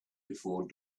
before